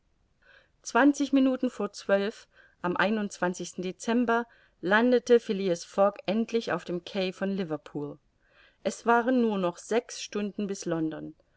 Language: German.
zwanzig minuten vor zwölf am dezember landete phileas fogg endlich auf dem quai von liverpool es waren nur noch sechs stunden bis london